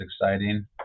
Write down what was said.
exciting